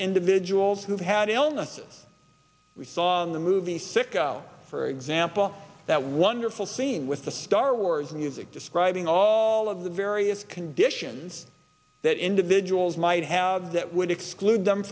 individuals who've had illnesses we saw in the movie sicko for example that wonderful scene with the star wars music describing all of the various conditions that individuals might have that would exclude them